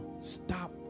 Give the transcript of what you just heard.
stop